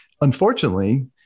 Unfortunately